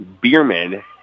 Bierman